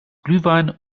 glühwein